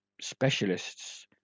specialists